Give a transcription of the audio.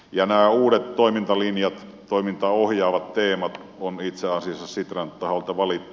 nämä uudet toimintalinjat toimintaa ohjaavat teemat on itse asiassa sitran taholta valittu